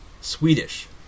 Swedish